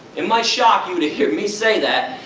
it might shock you to hear me say that,